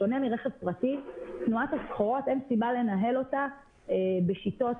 בשונה מרכב פרטי אין סיבה לנהל את תנועת הסחורות בשיטות,